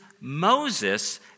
Moses